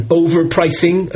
overpricing